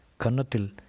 Kanatil